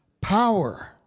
Power